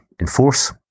enforce